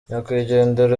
nyakwigendera